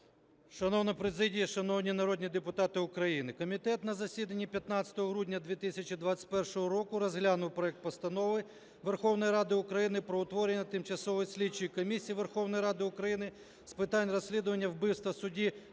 Шановна президія, шановні народні депутати України! Комітет на засіданні 15 грудня 2021 року розглянув проект Постанови Верховної Ради України про утворення Тимчасової слідчої комісії Верховної Ради України з питань розслідування вбивства судді